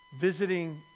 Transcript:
visiting